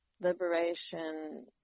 liberation